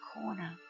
corner